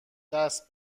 دست